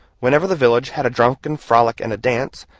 whenever the village had a drunken frolic and a dance,